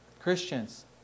Christians